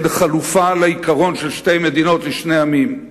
אין חלופה לעיקרון של שתי מדינות לשני עמים.